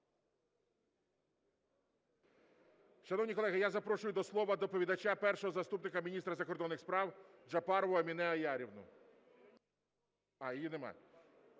Дякую.